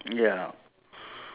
there is there a guy with a